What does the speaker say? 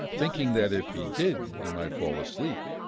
thinking that if he did he might fall asleep.